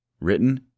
Written